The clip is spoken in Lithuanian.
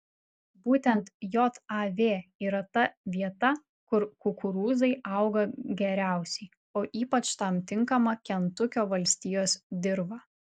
būtent jav yra ta vieta kur kukurūzai auga geriausiai o ypač tam tinkama kentukio valstijos dirva